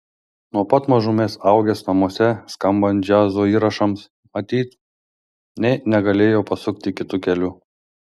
nuo pat mažumės augęs namuose skambant džiazo įrašams matyt nė negalėjo pasukti kitu keliu